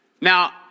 Now